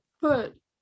put